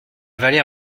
avalé